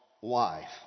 wife